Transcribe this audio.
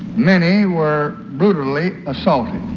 many were brutally assaulted.